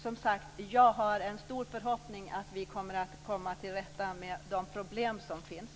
Som sagt: Jag har en stor förhoppning om att vi kommer till rätta med de problem som finns.